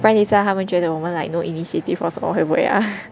不然等一下他们觉得我们 like no initiative also 会不会 ah